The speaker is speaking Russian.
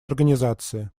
организации